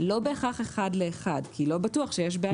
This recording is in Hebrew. לא בהכרח אחד לאחד, כי לא בטוח שיש בעיה.